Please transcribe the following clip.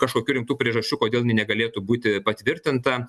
kažkokių rimtų priežasčių kodėl ji negalėtų būti patvirtinta